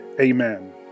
Amen